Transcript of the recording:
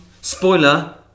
Spoiler